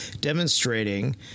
demonstrating